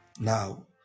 Now